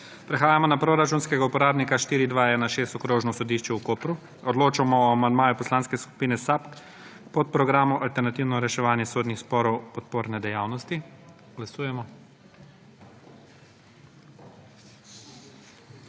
Prehajamo na proračunskega uporabnika 4216 Okrožno sodišče v Kopru. Odločamo o amandmaju Poslanske skupine SAB k podprogramu Alternativno reševanje sodnih sporov – podporne dejavnosti. Glasujemo.